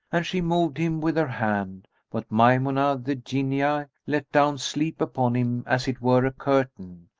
and she moved him with her hand but maymunah the jinniyah let down sleep upon him as it were a curtain,